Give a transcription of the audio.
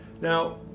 Now